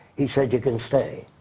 he said you can stay.